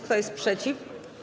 Kto jest przeciw?